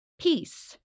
peace